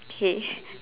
K